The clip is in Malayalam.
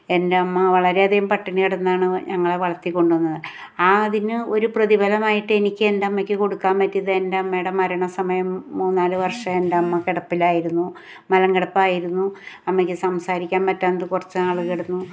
എന്റെ അമ്മ വളരെയധികം പട്ടിണി കിടന്നാണ് ഞങ്ങളെ വളർത്തി കൊണ്ട് വന്നത് ആ അതിന് ഒരു പ്രതിഫലമായിട്ട് എനിക്ക് എൻറ്റമ്മയ്ക്ക് കൊടുക്കാൻ പറ്റിയത് എൻറ്റമ്മേടെ മരണ സമയം മൂന്നാല് വർഷം എൻറ്റെയമ്മ കിടപ്പിലായിരുന്നു മലം കിടപ്പായിരുന്നു അമ്മയ്ക്ക് സംസാരിക്കാൻ പറ്റാണ്ട് കുറച്ച് നാൾ കിടന്നു